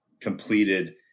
completed